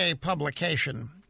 publication